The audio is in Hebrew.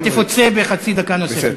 אתה תפוצה בחצי דקה נוספת.